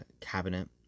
cabinet